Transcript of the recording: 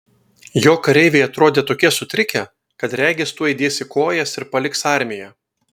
jo kareiviai atrodė tokie sutrikę kad regis tuoj dės į kojas ir paliks armiją